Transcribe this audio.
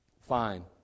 Fine